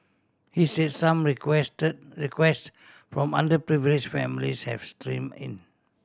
he say some request requests from underprivileged families have stream in